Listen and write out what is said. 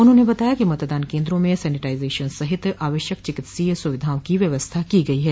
उन्होंने बताया कि मतदान केन्द्रों में सैनिटाइजेशन सहित आवश्यक चिकित्सीय सुविधाओं की व्यवस्था की गयी है